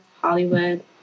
Hollywood